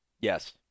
Yes